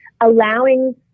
allowing